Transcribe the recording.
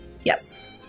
Yes